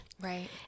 Right